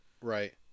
Right